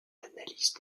d’analyse